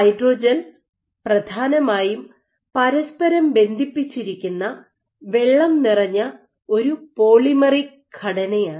hydrogel പ്രധാനമായും പരസ്പരം ബന്ധിപ്പിച്ചിരിക്കുന്ന വെള്ളം നിറഞ്ഞ ഒരു പോളിമെറിക് ഘടനയാണ്